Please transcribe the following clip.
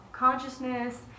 consciousness